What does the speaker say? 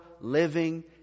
living